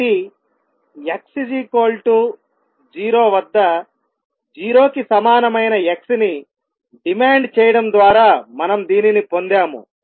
కాబట్టి x 0 వద్ద 0 కి సమానమైన X ని డిమాండ్ చేయడం ద్వారా మనం దీనిని పొందాము